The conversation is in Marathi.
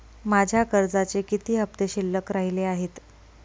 माझ्या कर्जाचे किती हफ्ते शिल्लक राहिले आहेत?